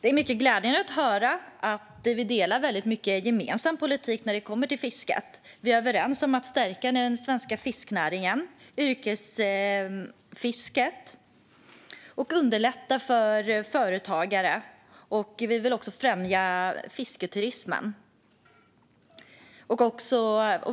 Det är glädjande att höra att vi har mycket gemensam politik när det kommer till fisket. Vi är överens om att vi ska stärka den svenska fiskenäringen och yrkesfisket och underlätta för företagare. Vi vill också främja fisketurismen.